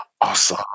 Awesome